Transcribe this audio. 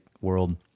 world